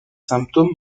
symptômes